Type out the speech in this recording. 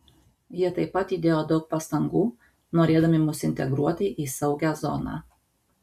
jie taip pat įdėjo daug pastangų norėdami mus integruoti į saugią zoną